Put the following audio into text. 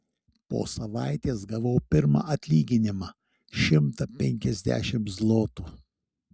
po savaitės gavau pirmą atlyginimą šimtą penkiasdešimt zlotų